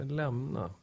lämna